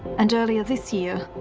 and earlier this year,